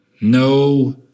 no